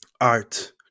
art